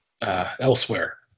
elsewhere